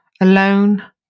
alone